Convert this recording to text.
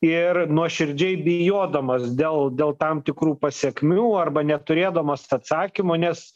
ir nuoširdžiai bijodamos dėl dėl tam tikrų pasekmių arba neturėdamos atsakymų nes